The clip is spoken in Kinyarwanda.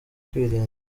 kwirinda